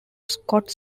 scots